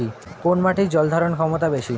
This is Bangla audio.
কোন মাটির জল ধারণ ক্ষমতা বেশি?